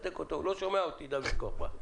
הוא לא שומע אותי, דוד כוכבא.